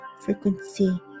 frequency